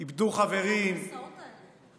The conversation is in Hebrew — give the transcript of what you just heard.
איבדו חברים ומשפחה